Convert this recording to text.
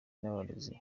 n’abarezi